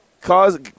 cause